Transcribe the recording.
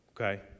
okay